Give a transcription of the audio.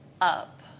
up